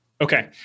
Okay